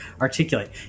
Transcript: articulate